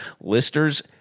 listers